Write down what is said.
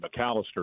McAllister